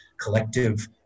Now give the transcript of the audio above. collective